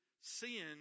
Sin